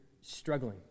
struggling